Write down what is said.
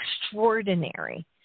extraordinary